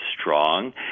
strong